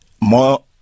more